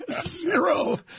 zero